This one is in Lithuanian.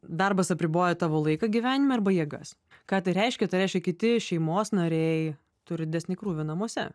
darbas apriboja tavo laiką gyvenime arba jėgas ką tai reiškia tai reiškia kiti šeimos nariai turi didesnį krūvį namuose